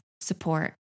support